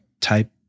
type